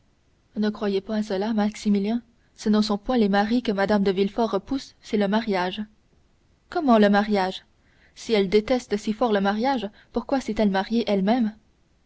ne croyez point cela maximilien ce ne sont point les maris que mme de villefort repousse c'est le mariage comment le mariage si elle déteste si fort le mariage pourquoi s'est-elle mariée elle-même